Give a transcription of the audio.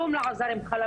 כלום לא עזר עם חלמיש,